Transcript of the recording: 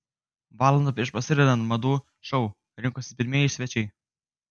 valandą prieš prasidedant madų šou rinkosi pirmieji svečiai